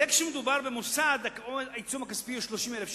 כשמדובר במוסד, העיצום הכספי הוא 30,000 שקלים,